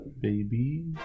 Baby